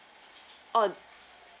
oh